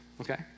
okay